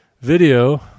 video